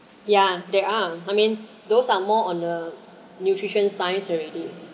yeah there are I mean those are more on the nutrition science already